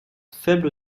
faible